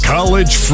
College